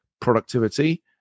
productivity